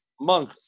Monk